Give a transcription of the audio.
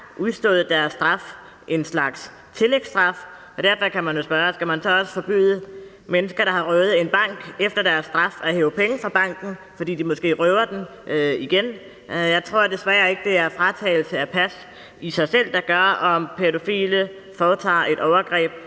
udstået deres straf – en slags tillægsstraf – og der kan man jo spørge, om man så også skal forbyde mennesker, der har røvet en bank, at hæve penge i banken, efter de har udstået deres straf, fordi de måske vil røve den igen. Jeg tror desværre ikke, at det er fratagelse af pas i sig selv, der afgør, om pædofile foretager et overgreb.